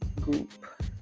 group